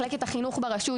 יחד עם מחלקת החינוך ברשות,